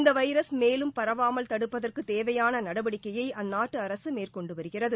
இந்த வைரஸ் மேலும் பரவாமல் தடுப்பதற்கு தேவையான நடவடிக்கையை அந்நாட்டு அரசு மேற்கொண்டு வருகிறது